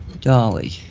Dolly